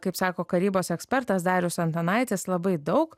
kaip sako karybos ekspertas darius antanaitis labai daug